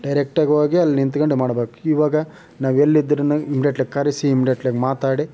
ಡೈರೆಕ್ಟಾಗೋಗಿ ಅಲ್ಲಿ ನಿಂತ್ಕೊಂಡು ಮಾಡಬೇಕು ಇವಾಗ ನಾವೆಲ್ಲಿದ್ರೂ ನಾವು ಇಮ್ಡೆಟ್ಲಿ ಕರೆಸಿ ಇಮ್ಡೆಟ್ಲಿ ಮಾತಾಡಿ